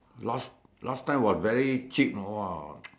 last last time was very cheap know !wah!